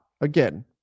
again